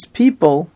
people